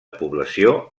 població